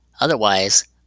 Otherwise